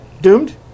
Doomed